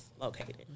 located